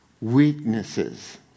weaknesses